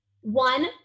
one